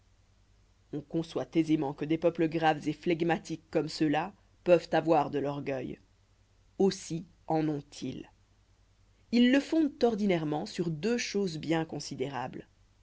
on conçoit aisément que des peuples graves et flegmatiques comme ceux-là peuvent avoir de la vanité aussi en ont-ils ils le fondent ordinairement sur deux choses bien considérables